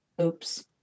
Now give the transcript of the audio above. Oops